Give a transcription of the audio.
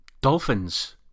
Dolphins